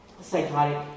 psychotic